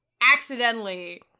accidentally